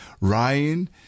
Ryan